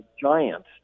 giant